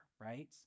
right